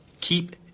Keep